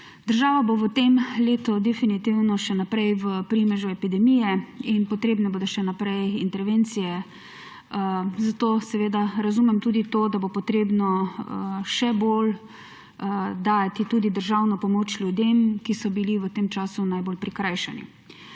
Država bo v tem letu definitivno še naprej v primežu epidemije in potrebne bodo še naprej intervencije, zato seveda razumem tudi to, da bo potrebno še bolj dajati tudi državno pomoč ljudem, ki so bili v tem času najbolj prikrajšani.